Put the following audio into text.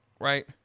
right